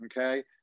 Okay